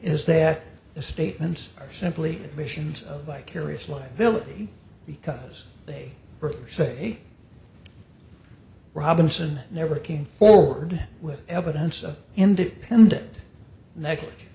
is that the statements are simply visions of vicarious liability because they say robinson never came forward with evidence of independent